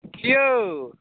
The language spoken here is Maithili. की यौ